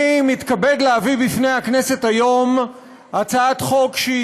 אני מתכבד להביא בפני הכנסת היום הצעת חוק שהיא